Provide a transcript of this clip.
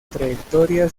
trayectoria